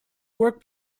work